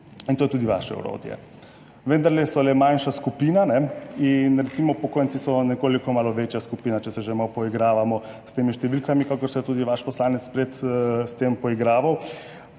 To je tudi vaše orodje. Vendarle so le manjša skupina, recimo upokojenci so nekoliko večja skupina, če se že malo poigravamo s temi številkami, kakor se je tudi vaš poslanec prej s tem poigraval,